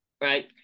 right